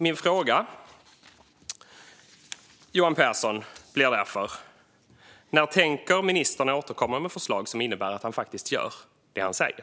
Min fråga, Johan Pehrson, blir därför: När tänker ministern återkomma med förslag som innebär att han faktiskt gör det som han säger?